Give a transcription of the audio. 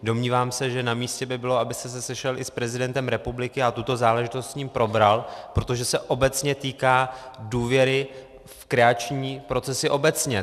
Domnívám se, že namístě by bylo, abyste se sešel i s prezidentem republiky a tuto záležitost s ním probral, protože se obecně týká důvěry v kreační procesy obecně.